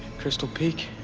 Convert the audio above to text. crystal peak.